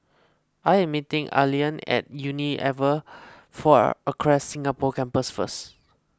I am meeting Allean at Unilever four Acres Singapore Campus first